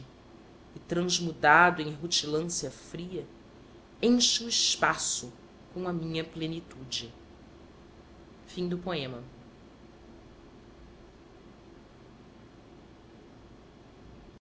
e transmudado em rutilância fria encho o espaço com a minha plenitude